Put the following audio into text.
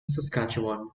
saskatchewan